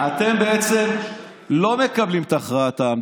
אתם בעצם לא מקבלים את הכרעת העם.